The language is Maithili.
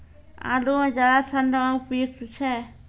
आलू म ज्यादा ठंड म उपयुक्त छै?